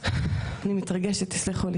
חשוב לי